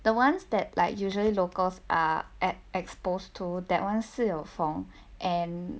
the ones that like usually locals are at exposed to that [one] 是有风 and